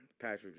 Patrick